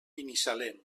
binissalem